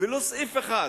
ולו סעיף אחד